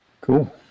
cool